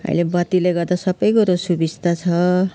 अहिले बत्तीले गर्दा सबै कुरो सुबिस्ता छ